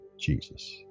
Jesus